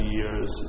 years